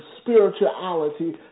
spirituality